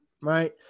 right